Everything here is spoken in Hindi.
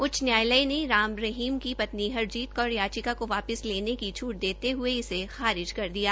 उच्च न्यायालय ने राम रहीम की पत्नी हरजीत कौर याचिका को वापस लेने की छूट देते हुए इसे खारिज कर दिया गया